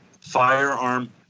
firearm